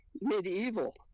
medieval